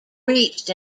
reached